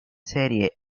serie